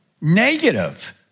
negative